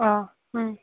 ꯑ ꯎꯝ